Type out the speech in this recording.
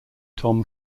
tom